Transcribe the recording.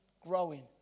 growing